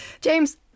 james